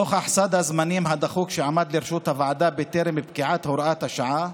נוכח סד הזמנים הדחוק שעמד לרשות הוועדה בטרם פקיעת הוראת השעה,